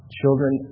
children